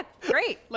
great